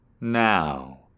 Now